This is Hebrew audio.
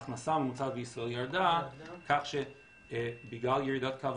ההכנסה הממוצעת בישראל ירדה כך שבגלל ירידת קו